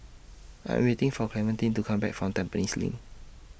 I Am waiting For Clementine to Come Back from Tampines LINK